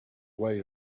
way